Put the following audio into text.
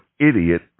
idiot